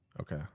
Okay